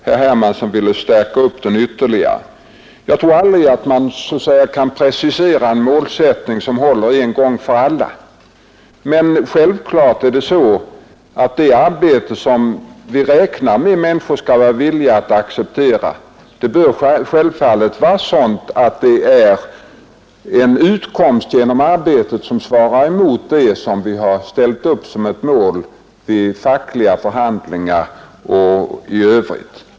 Herr Hermansson ville skärpa den definitionen ytterligare. Jag tror att man aldrig kan precisera en målsättning som håller en gång för alla. Men det arbete som vi räknar med att människor kan vara villiga att acceptera skall självfallet vara sådant att det ger en utkomst som svarar emot vad som har ställts upp som ett mål vid fackliga förhandlingar och i övrigt.